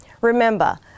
remember